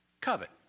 covet